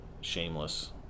shameless